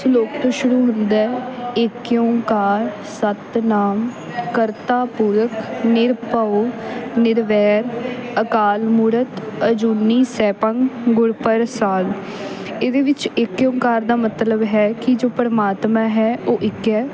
ਸਲੋਕ ਤੋਂ ਸ਼ੁਰੂ ਹੁੰਦਾ ਇੱਕ ਓਂਕਾਰ ਸਤਿ ਨਾਮੁ ਕਰਤਾ ਪੁਰਖੁ ਨਿਰਭਉ ਨਿਰਵੈਰੁ ਅਕਾਲ ਮੂਰਤਿ ਅਜੂਨੀ ਸੈਭੰ ਗੁਰਪ੍ਰਸਾਦਿ ਇਹਦੇ ਵਿੱਚ ਇੱਕ ਓਂਕਾਰ ਦਾ ਮਤਲਬ ਹੈ ਕਿ ਜੋ ਪਰਮਾਤਮਾ ਹੈ ਉਹ ਇੱਕ ਹੈ